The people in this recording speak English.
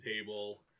table